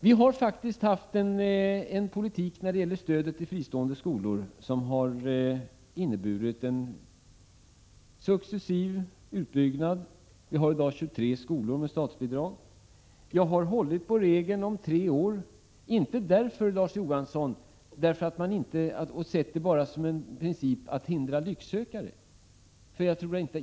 Vi har faktiskt fört en politik när det gällt stödet till fristående skolor som har inneburit en successiv utbyggnad. Vi har i dag 23 skolor med statsbidrag. Jag har hållit på regeln om tre år, och den, Larz Johansson, har jag inte sett bara som en princip för att hindra lycksökare.